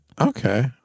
Okay